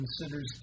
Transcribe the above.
considers